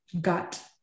gut